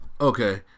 Okay